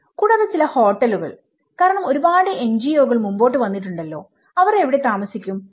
കൂടാതെ ചില ഹോട്ടലുകൾ കാരണം ഒരുപാട് എൻജിഒകൾ മുമ്പോട്ടു വന്നിട്ടുണ്ടല്ലോ അവർ എവിടെ താമസിക്കും